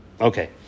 Okay